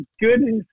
goodness